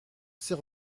c’est